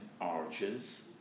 arches